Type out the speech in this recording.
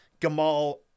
Gamal